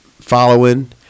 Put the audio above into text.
following